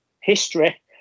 history